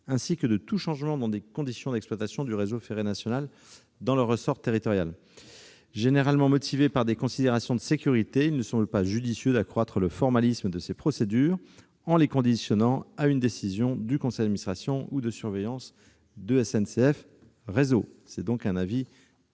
ainsi que de tous changements dans les conditions d'exploitation de ce réseau dans leur ressort territorial. Ces changements étant généralement motivés par des considérations de sécurité, il ne semble pas judicieux d'accroître le formalisme de ces procédures en les conditionnant à une décision du conseil d'administration ou de surveillance de SNCF Réseau. La commission